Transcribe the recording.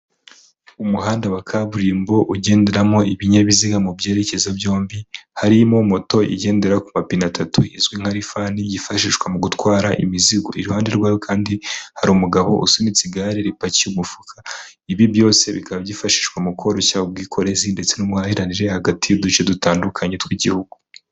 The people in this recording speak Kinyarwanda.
Umuhanda wa kaburimbo ugenderamo ibinyabiziga mu byerekezo byombi, harimo moto igendera ku mapine atatu izwi nka rivani yifashishwa mu gutwara imizigo. Iruhande rwayo kandi hari umugabo usunitse igare ripakiye umufuka, ibi byose bikaba byifashishwa mu koroshya ubwikorezi ndetse n'ubuhahiranire hagati y'uduce dutandukanye tw'igihugu.